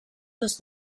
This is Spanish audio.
los